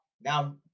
Now